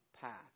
path